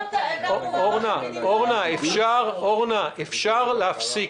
אורנה, אפשר להפסיק.